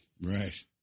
Right